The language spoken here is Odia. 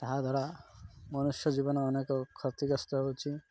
ଏହାଦ୍ଵାରା ମନୁଷ୍ୟ ଜୀବନ ଅନେକ କ୍ଷତିଗ୍ରସ୍ତ ହେଉଛି